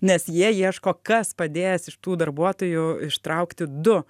nes jie ieško kas padės iš tų darbuotojų ištraukti du